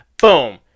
Boom